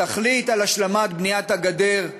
ותחליט על השלמת בניית הגדר,